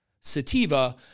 Sativa